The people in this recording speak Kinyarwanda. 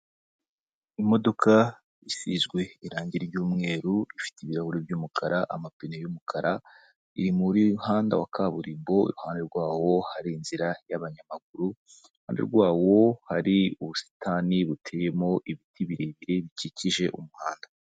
Imodoka isizwe irange ry'umweru, ifite ibirahuri by'umukara, amapine y'umukara. Iri mu muhanda wa kaburimbo iruhande rwawo hari inzira y'abanyamaguru. Iruhande rwawo hari ubusitani buteyemo ibiti birebire bikikije umuhanda.